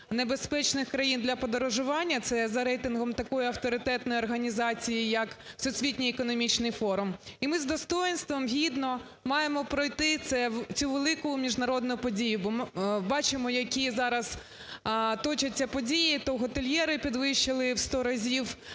небезпечних країн для подорожування. Це за рейтингом такої авторитетної організації, як Всесвітній економічний форум. І ми з достоїнством, гідно маємо пройти цю велику міжнародну подію, бо ми бачимо, які зараз точаться події: то готельєри підвищили в сто разів